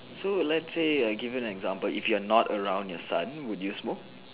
so lets say I give you an example if you are not around your son would you smoke